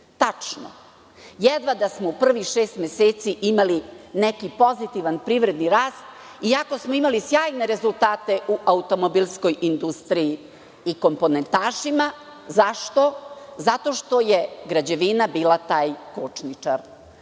Tačno. Jedva da smo u prvih šest meseci imali neki pozitivan privredni rast, iako smo imali sjajne rezultate u automobilskoj industriji i komponentašima. Zašto? Zato što je građevina bila taj končničar. Pad